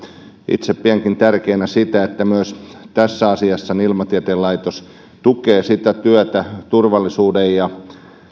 itse pidänkin tärkeänä sitä että myös tässä asiassa ilmatieteen laitos tukee työtä turvallisuuden ja